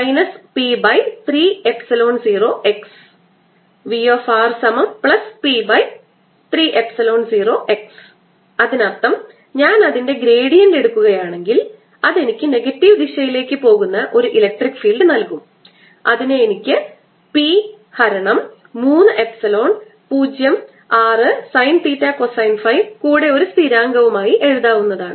E P30x VrP30x അതിനർത്ഥം ഞാൻ അതിൻറെ ഗ്രേഡിയന്റ് എടുക്കുകയാണെങ്കിൽ അത് എനിക്ക് നെഗറ്റീവ് ദിശയിലേക്ക് പോകുന്ന ഒരു ഇലക്ട്രിക് ഫീൽഡ് നൽകും അതിനെ എനിക്ക് P ഹരണം 3 epsilon 0 r sine theta cosine phi കൂടെ ഒരു സ്ഥിരാങ്കവുമായി എഴുതാവുന്നതാണ്